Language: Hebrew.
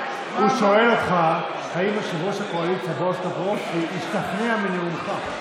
הוא שואל אותך אם יושב-ראש הקואליציה בועז טופורובסקי השתכנע מנאומך.